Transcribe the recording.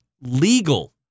legal